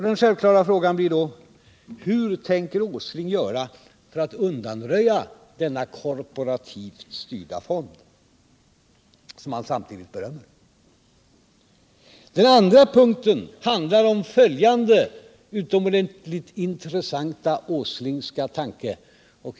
Den självklara frågan blir då: Hur tänker Nils Åsling göra för att undanröja denna korporativt styrda fond, som han samtidigt berömmer? | Den andra punkten handlar om följande utomordentligt intressanta Åslingska tanke.